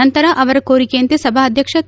ನಂತರ ಅವರ ಕೋರಿಕೆಯಂತೆ ಸಭಾಧ್ಯಕ್ಷ ಕೆ